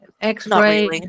X-ray